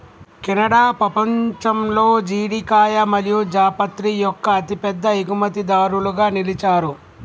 Canada పపంచంలో జీడికాయ మరియు జాపత్రి యొక్క అతిపెద్ద ఎగుమతిదారులుగా నిలిచారు